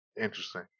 Interesting